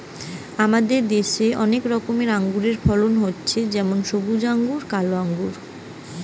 আমাদের দ্যাশে ম্যালা রকমের আঙুরের ফলন হতিছে যেমন সবুজ আঙ্গুর, কালো আঙ্গুর